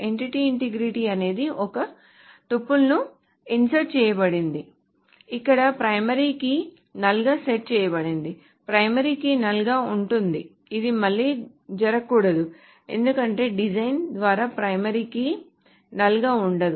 entity integrity అనేది ఒక టపుల్ను ఇన్సర్టు చేయబడింది ఇక్కడ ప్రైమరీ కీ నల్ గా సెట్ చేయబడింది ప్రైమరీ కీ నల్ గా ఉంటుంది ఇది మళ్లీ జరగకూడదు ఎందుకంటే డిజైన్ ద్వారా ప్రైమరీ కీ నల్ గా ఉండదు